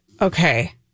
Okay